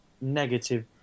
negative